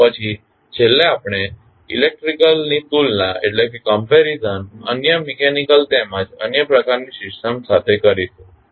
પછી છેલ્લે આપણે ઇલેક્ટ્રિકલની તુલના અન્ય મિકેનીકલ તેમજ અન્ય પ્રકારની સિસ્ટમ્સ સાથે કરીશું